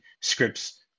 scripts